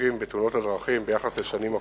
ובהרוגים בתאונות הדרכים ביחס לשנים הקודמות.